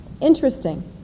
Interesting